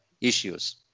issues